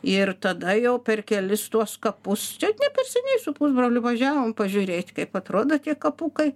ir tada jau per kelis tuos kapus čia ne per seniai su pusbroliu važiavom pažiūrėt kaip atrodo tie kapukai